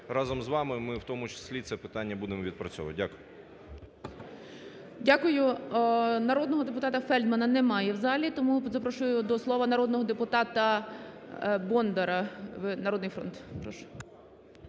Разом з вами ми в тому числі це питання будемо відпрацьовувати. Дякую. ГОЛОВУЮЧИЙ. Дякую. Народного депутата Фельдмана немає в залі. Тому запрошую до слова народного депутата Бондара, "Народний фронт", прошу.